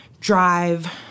drive